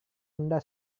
anda